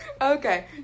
Okay